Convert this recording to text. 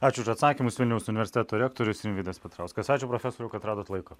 ačiū už atsakymus vilniaus universiteto rektorius rimvydas petrauskas ačiū profesoriau kad radot laiko